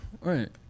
Right